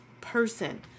person